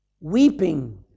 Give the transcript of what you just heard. weeping